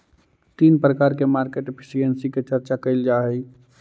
तीन प्रकार के मार्केट एफिशिएंसी के चर्चा कैल जा हई